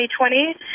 2020